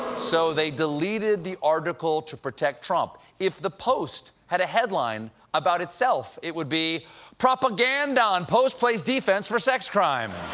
so they deleted the article to protect trump. if the post had a headline about itself it would be propagan-don! post plays defense for sex crime.